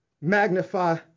Magnify